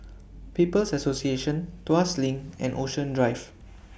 People's Association Tuas LINK and Ocean Drive